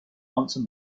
once